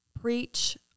preach